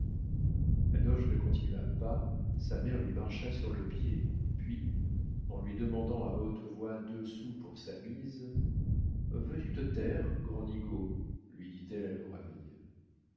nucingen adolphe ne continua pas sa mère lui marcha sur le pied puis en lui demandant à haute voix deux sous pour sa mise veux-tu te taire grand nigaud lui dit-elle à l'oreille